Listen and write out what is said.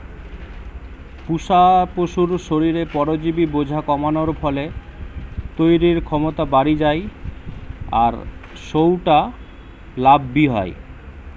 পুশা পশুর শরীরে পরজীবি বোঝা কমানার ফলে তইরির ক্ষমতা বাড়ি যায় আর সউটা লাভ বি হয়